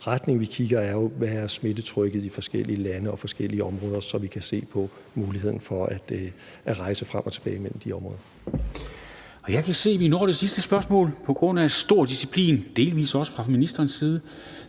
retning, vi kigger i, jo er, hvad smittetrykket i forskellige lande og forskellige områder er, så vi kan se på muligheden for at rejse frem og tilbage mellem de områder. Kl. 14:11 Formanden (Henrik Dam Kristensen): Jeg kan se, at vi når det sidste spørgsmål på grund af stor disciplin, delvis også fra ministerens side.